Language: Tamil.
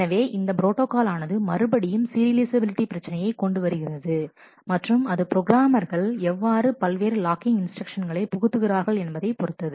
எனவே இந்த ப்ரோட்டாகால் ஆனது மறுபடியும் சீரியலைஃசபிலிட்டி பிரச்சனையை கொண்டு வருகிறது மற்றும் அது புரோகிராமர்கள் எவ்வாறு பல்வேறு லாக்கிங் இன்ஸ்டிரக்ஷன்ஸ்களை புகுத்துகிறார்கள் என்பதை பொருத்து